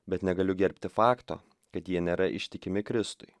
bet negaliu gerbti fakto kad jie nėra ištikimi kristui